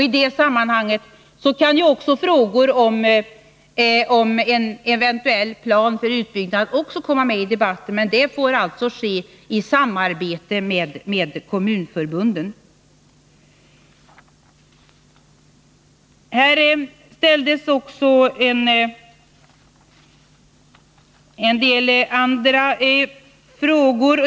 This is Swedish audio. I detta sammanhang kan ju också frågor om en eventuell plan för utbyggnad komma med i debatten, men det får då ske i samarbete med kommunförbunden. Här ställdes också en del andra frågor.